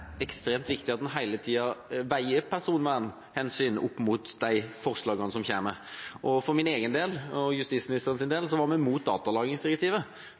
ekstremt viktig at vi hele tida veier personvernhensyn mot de forslagene som kommer. For min egen del og justisministerens del var vi imot datalagringsdirektivet